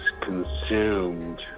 consumed